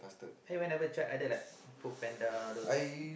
why you never try other like FoodPanda those